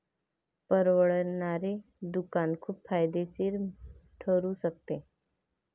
परवडणारे दुकान खूप फायदेशीर ठरू शकते